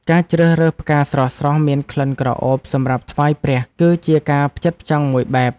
ការជ្រើសរើសផ្កាស្រស់ៗមានក្លិនក្រអូបសម្រាប់ថ្វាយព្រះ គឺជាការផ្ចិតផ្ចង់មួយបែប។